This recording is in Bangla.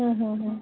হুঁ হুঁ হুঁ